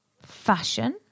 Fashion